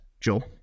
Joel